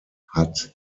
hat